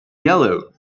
yellow